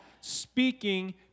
speaking